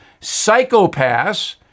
psychopaths